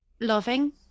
loving